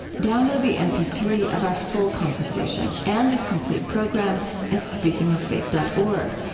download the m p three of our full conversation and this complete program at speakingoffaith dot org.